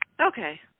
Okay